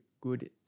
good